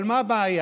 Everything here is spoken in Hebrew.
אבל מה הבעיה?